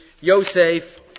Yosef